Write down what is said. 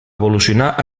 evolucionar